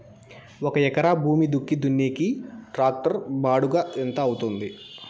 ఒక ఎకరా భూమి దుక్కి దున్నేకి టాక్టర్ బాడుగ ఎంత అవుతుంది?